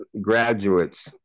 graduates